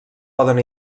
poden